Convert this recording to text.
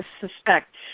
suspect